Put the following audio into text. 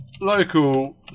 local